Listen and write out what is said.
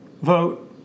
vote